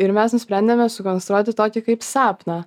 ir mes nusprendėme sukonstruoti tokį kaip sapną